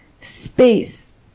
space